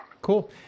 cool